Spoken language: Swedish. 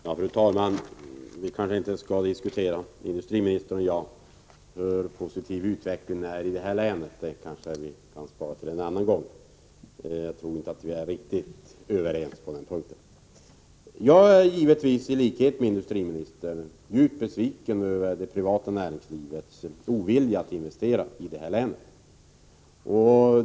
Fru talman! Industriministern och jag kanske inte skall diskutera huruvida det är en positiv utveckling i det här länet — det kan vi spara till en annan gång. Jag tror inte att vi är riktigt överens på den punkten. Jag är givetvis, i likhet med industriministern, djupt besviken över det privata näringslivets ovilja att investera i Norrbotten.